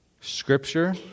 scripture